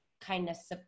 kindness